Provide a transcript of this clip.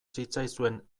zitzaizuen